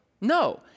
No